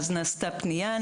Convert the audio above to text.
נעשתה פנייה,